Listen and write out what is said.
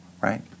right